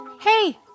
Hey